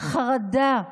חרדה: